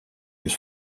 his